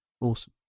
awesome